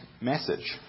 message